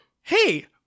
hey